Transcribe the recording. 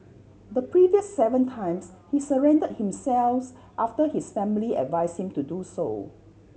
the previous seven times he surrendered himself's after his family advised him to do so